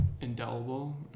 indelible